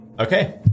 Okay